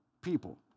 people